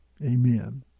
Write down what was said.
Amen